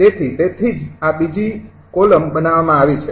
તેથી તેથી જ આ બીજી ૨ કૉલમ બનાવવામાં આવી છે